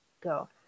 Go